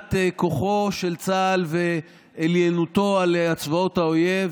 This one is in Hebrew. בשמירת כוחו של צה"ל ועליונותו על צבאות אויב.